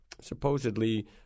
supposedly